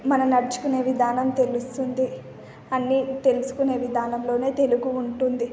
మనం నడుచుకునే విధానం తెలుస్తుంది అన్ని తెలుసుకునే విధానంలోనే తెలుగు ఉంటుంది